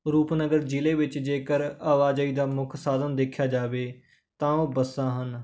ਰੂਪਨਗਰ ਜ਼ਿਲ੍ਹੇ ਵਿੱਚ ਜੇਕਰ ਆਵਾਜਾਈ ਦਾ ਮੁੱਖ ਸਾਧਨ ਦੇਖਿਆ ਜਾਵੇ ਤਾਂ ਉਹ ਬੱਸਾਂ ਹਨ